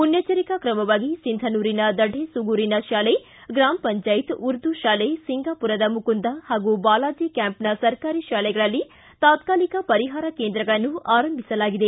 ಮುನ್ನೆಚ್ಚರಿಕಾ ಕ್ರಮವಾಗಿ ಸಿಂಧನೂರಿನ ದಢೇಸೂಗೂರಿನ ಶಾಲೆ ಗ್ರಾಮ ಪಂಚಾಯತ್ ಉರ್ದು ಶಾಲೆ ಸಿಂಗಾಪೂರದ ಮುಕುಂದ ಹಾಗೂ ಬಾಲಾಜಿ ಕ್ಯಾಂಪ್ನ ಸರ್ಕಾರಿ ಶಾಲೆಗಳಲ್ಲಿ ತಾತ್ನಾಲಿಕ ಪರಿಹಾರ ಕೇಂದ್ರಗಳನ್ನು ಆರಂಭಿಸಲಾಗಿದೆ